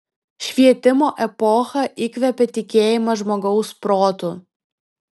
švietimo epocha įkvėpė tikėjimą žmogaus protu